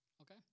Okay